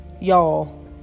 y'all